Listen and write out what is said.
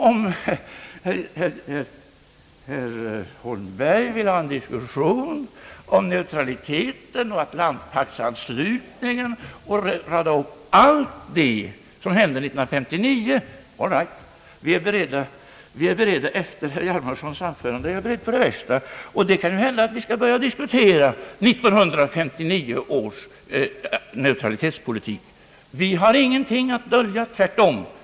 Om herr Holmberg vill ha en diskussion om neutraliteten och anslutningen till Atlantpakten och rada upp allt det som hände 1959, då är vi beredda att börja diskutera 1959 års neutralitetspolitik. Vi har ingenting att dölja — tvärtom.